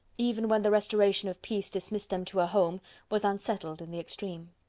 even when the restoration of peace dismissed them to a home, was unsettled in the extreme.